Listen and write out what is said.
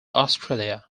australia